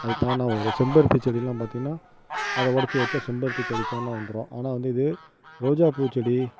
அது தானாக வரும் செம்பருத்தி செடிலாம் பார்த்திங்கனா அதை ஒடைச்சி வெச்சா செம்பருத்தி செடி தானாக வந்துடும் ஆனால் வந்து இது ரோஜா பூ செடி